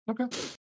okay